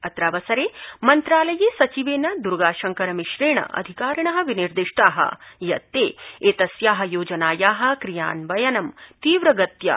अत्रावसरे मन्त्रालये सचिवः द्र्गाशंकरमिश्रः अधिकारिणः विनिर्दिष्टाः यत् ते एतस्याः योजनायाः क्रियान्वयनं तीव्रगत्या क्र्वन्त्